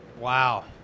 Wow